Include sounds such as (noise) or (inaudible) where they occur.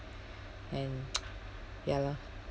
and (noise) ya lor